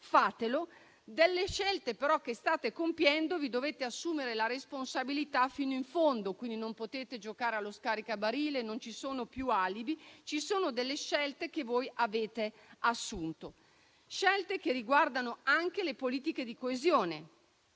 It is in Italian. fatelo. Delle scelte però che state compiendo vi dovete assumere la responsabilità fino in fondo. Quindi, non potete giocare allo scaricabarile, non ci sono più alibi, ma ci sono le scelte che avete assunto e che riguardano anche le politiche di coesione.